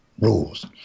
rules